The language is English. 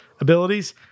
abilities